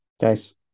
guys